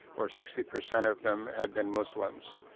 or sixty percent of them had been muslims.